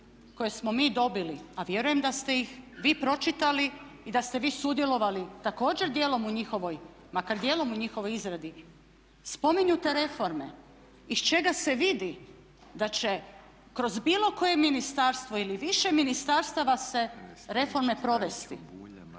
koje smo mi dobili a vjerujem da ste ih vi pročitali i da ste vi sudjelovali također djelom u njihovoj, makar djelom u njihovoj izradi spomenute reforme iz čega se vidi da će kroz bilo koje ministarstvo ili više ministarstava se reforme provesti.